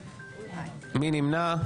מי נמנע?